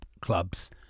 clubs